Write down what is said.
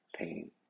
pain